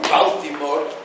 Baltimore